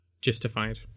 justified